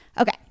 okay